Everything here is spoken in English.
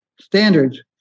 standards